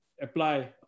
apply